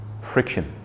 friction